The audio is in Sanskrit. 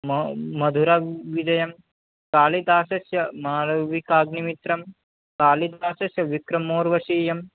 मव् मधुरविजयं कालिदासस्य मालविकाग्निमित्रं कालिदासस्य विक्रमोर्वशीयम्